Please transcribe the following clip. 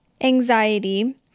anxiety